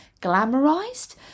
glamorized